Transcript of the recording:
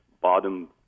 bottom